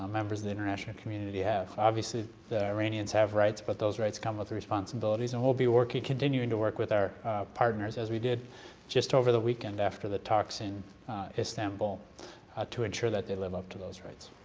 ah members of the international community have. obviously, the iranians have rights, but those rights come with responsibilities, and we'll be continuing to work with our partners, as we did just over the weekend after the talks in istanbul to ensure that they live up to those rights.